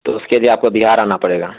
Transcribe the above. تو اس کے لیے آپ کو بہار آنا پڑے گا